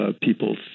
people